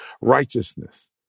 righteousness